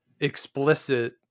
explicit